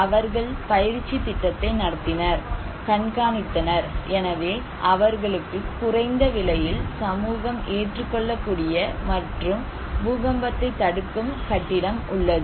அவர்கள் பயிற்சித் திட்டத்தை நடத்தினர் கண்காணித்தனர் எனவே அவர்களுக்கு குறைந்த விலையில் சமூகம் ஏற்றுக்கொள்ளக்கூடிய மற்றும் பூகம்பத்தைத் தடுக்கும் கட்டிடம் உள்ளது